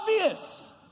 obvious